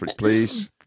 Please